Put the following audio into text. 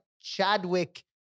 Chadwick